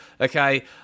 okay